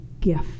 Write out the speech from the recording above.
gift